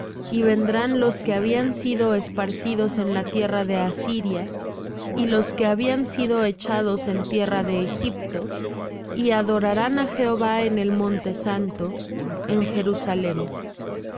y vendrán los que habían sido esparcidos en la tierra de asiria y los que habían sido echados en tierra de egipto y adorarán á jehová en el monte santo en jerusalem